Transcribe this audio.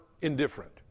indifferent